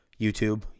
YouTube